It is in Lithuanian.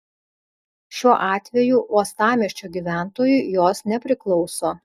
šiuo atveju uostamiesčio gyventojui jos nepriklauso